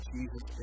Jesus